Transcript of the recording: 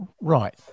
Right